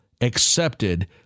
accepted